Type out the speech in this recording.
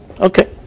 Okay